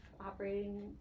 operating